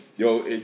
Yo